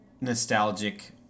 nostalgic